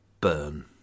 Burn